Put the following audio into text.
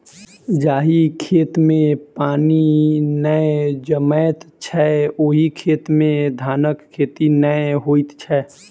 जाहि खेत मे पानि नै जमैत छै, ओहि खेत मे धानक खेती नै होइत छै